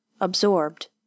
absorbed